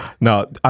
No